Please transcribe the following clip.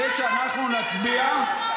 זה שאנחנו נצביע,